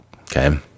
okay